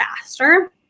faster